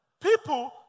people